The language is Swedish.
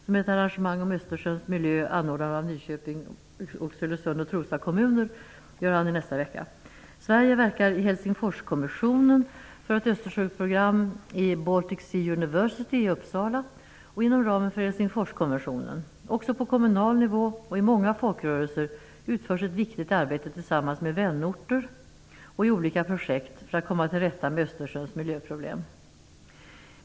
Det är ett arrangemang om Östersjöns miljö anordnad av Nyköpings, Oxelösunds och Trosas kommuner. Detta är alltså nästa vecka. Sverige verkar i Helsingforskommissionen, för ett Östersjöprogram, i Baltic Sea University i Uppsala och inom ramen för Helsingforskonventionen. Också på kommunal nivå och i många folkrörelser utförs ett viktigt arbete tillsammans med vänorter och i olika projekt för att komma till rätta med Östersjöns miljöproblem.